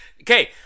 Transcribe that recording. Okay